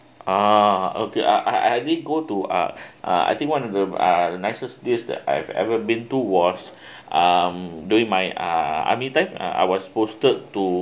uh okay I I didn't go to uh uh I think one of the uh nicest this that I've ever been to was um during my um army time I was posted to